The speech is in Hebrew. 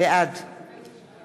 בעד